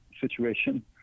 situation